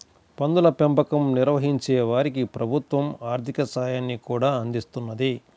పందుల పెంపకం నిర్వహించే వారికి ప్రభుత్వం ఆర్ధిక సాయాన్ని కూడా అందిస్తున్నది